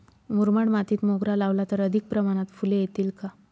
मुरमाड मातीत मोगरा लावला तर अधिक प्रमाणात फूले येतील का?